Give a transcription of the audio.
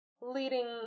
leading